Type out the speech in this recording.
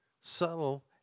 subtle